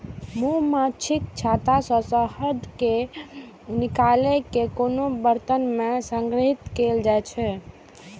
मछुमाछीक छत्ता सं शहद कें निकालि कें कोनो बरतन मे संग्रहीत कैल जाइ छै